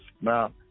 Now